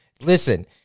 listen